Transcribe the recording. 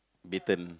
baton